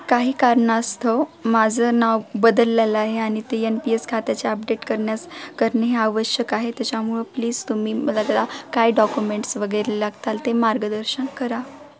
काही कारणास्तव माझं नाव बदललेलं आहे आणि ते यन पी एस खात्याचे अपडेट करण्यास करणे हे आवश्यक आहे त्याच्यामुळं प्लीज तुम्ही मला त्याला काय डॉकुमेंट्स वगैरे लागतात ते मार्गदर्शन करा